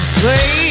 play